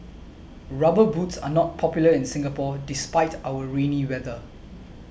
rubber boots are not popular in Singapore despite our rainy weather